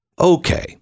Okay